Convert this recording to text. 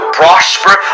prosper